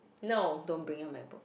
no don't bring your MacBook